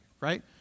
right